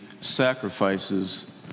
sacrifices